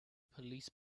police